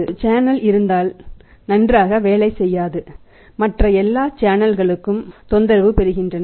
ஒரு சேனல் இருந்தால் நன்றாக வேலை செய்யாது மற்ற எல்லா சேனல்களும் தொந்தரவு பெறுகின்றன